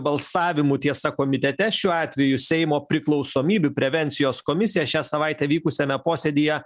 balsavimų tiesa komitete šiuo atveju seimo priklausomybių prevencijos komisija šią savaitę vykusiame posėdyje